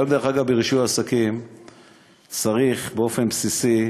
דרך אגב, היום ברישוי עסקים צריך, באופן בסיסי,